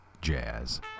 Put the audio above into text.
jazz